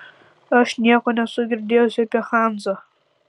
aš nieko nesu girdėjusi apie hanzą